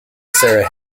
sarah